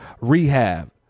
rehab